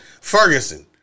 Ferguson